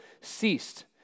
ceased